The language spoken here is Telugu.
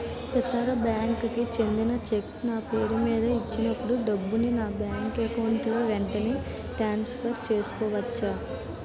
ఇతర బ్యాంక్ కి చెందిన చెక్ నా పేరుమీద ఇచ్చినప్పుడు డబ్బుని నా బ్యాంక్ అకౌంట్ లోక్ వెంటనే ట్రాన్సఫర్ చేసుకోవచ్చా?